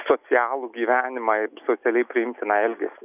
socialų gyvenimą ir socialiai priimtiną elgesį